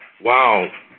Wow